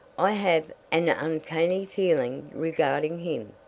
i have an uncanny feeling regarding him,